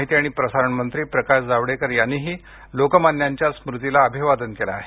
माहिती आणि प्रसारण मंत्री प्रकाश जावडेकर यांनीही लोकमान्यांच्या स्मृतींना अभिवादन केलं आहे